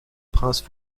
prince